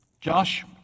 Josh